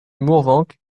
mourvenc